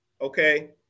okay